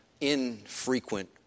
infrequent